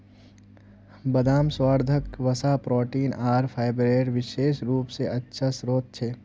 बदाम स्वास्थ्यवर्धक वसा, प्रोटीन आर फाइबरेर विशेष रूप स अच्छा स्रोत छ